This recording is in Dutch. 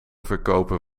verkopen